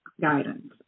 guidance